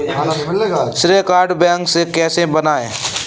श्रेय card bank से कैसे बनवाएं?